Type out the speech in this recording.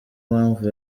mpamvu